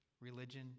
Religion